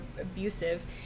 abusive